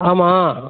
ஆமாம்